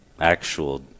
actual